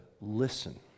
listen